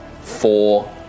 four